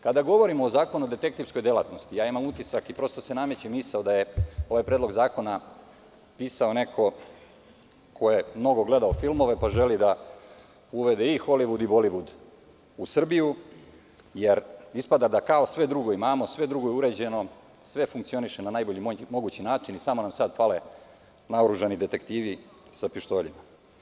Kada govorimo o Zakonu o detektivskoj delatnosti imam utisak i nameće mi se misao da je ovaj predlog zakona pisao neko ko je mnogo gledao filmove pa želi da uvede i Holivud i Bolivud u Srbiju jer ispada da kao sve drugo imamo, sve drugo je uređeno, sve funkcioniše na najbolji mogući način, samo nam sada fale naoružani detektivi sa pištoljima.